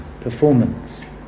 performance